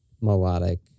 melodic